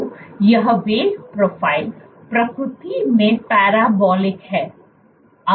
तो यह वेग प्रोफ़ाइल प्रकृति में पैराबोलिक है